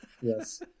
yes